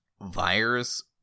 virus